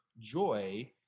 joy